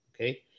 okay